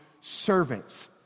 servants